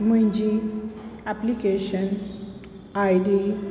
मुंहिंजी application ID